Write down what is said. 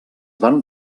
van